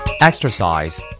Exercise